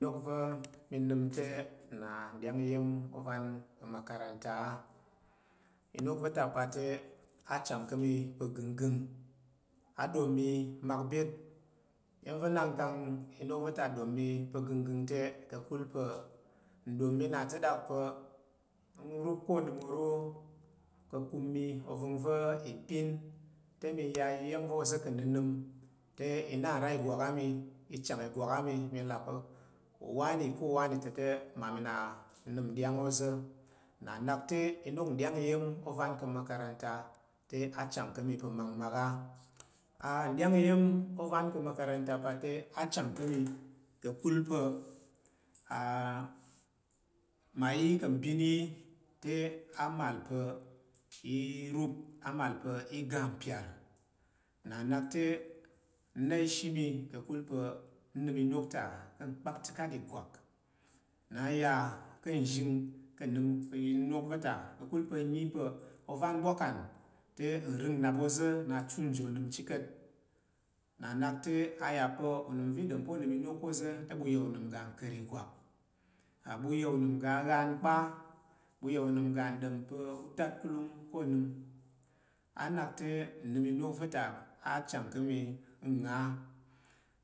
Ɪnok va̱ mi nam te nna nɗyang iya̱n ovan ka̱ makarantaa̱’. Inok va̱ ta pa̱ te a’ chang ka̱ mipa̱ ganggang. A ɗom mi mak byet. Iya̱n va̱ nang kang mok va̱ ta ɗom mi pa ganggang ve ka̱kal pa̱ nɗom na ta ɗok pa̱ n’ rup ka̱ onam oro ka̱ kum ova̱ngva̱ ipinte mi ya iyan va̱ oza ka̱ nanam te i na nra- ijwakami, i chang igwak a mi mi la’ pa̱ uwane ka̱ uwane ta te mmami na n nam nɗyang oza. Nn’a nak te iya̱n nɗyang ovan ka̱ makarantater achang ka̱ mi pa̱ te achang ka̱ mi ka̱kul pa̱ ma yi ka̱ mbin yi te aꞌ mal pa̱ rup mal pa̱ i ga mpyal, nna nakte n na’ ishi mi kakula pa̱ n nam inok ta ka̱ nkpaktak ijwak, na n ya ka̱’ nzhing nnam inok va̱ ta kakulpa̱ n nyi pa̱, ovan ɓwakan te nrong nap oza̱ nna chu nyi onam chi ka̱t i nna nak te a y’a pa̱ unam va̱ i ɗom pa̱ o’ nam inok ka̱’ ozate ɓu ya’ unam uga naka̱r- igwak. Ɓu ya’ unam uga aghang kpa, ɓu ya unam uga nɗom pa̱ udatkulung ko onam, a nak te nnam inok va̱ ta a’ cha’ng ka̱’ mi ngha.